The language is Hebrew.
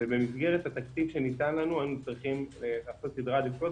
ובמסגרת התקציב שניתן לנו היינו צריכים לעשות סדרי עדיפויות,